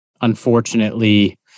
unfortunately